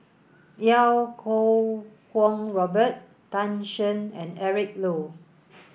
Iau Kuo Kwong Robert Tan Shen and Eric Low